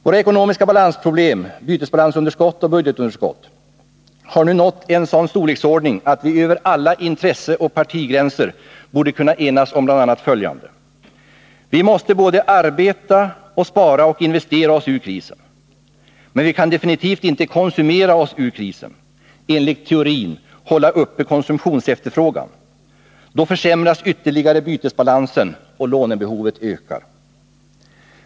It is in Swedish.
Våra ekonomiska balansproblem — bytesbalansunderskott och budgetunderskott — har nu nått en sådan storleksordning att vi över alla intresseoch partigränser borde kunna enas om bl.a. följande: Vi måste både arbeta och spara och investera oss ur krisen. Men vi kan definitivt inte konsumera oss ur krisen enligt teorin ”håll uppe konsumtionsefterfrågan” — då försämras ytterligare bytesbalansen och lånebehovet ökar.